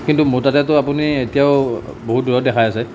কিন্তু মোৰ তাতেটো আপুনি এতিয়াও বহুত দূৰত দেখাই আছে